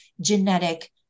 genetic